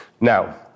Now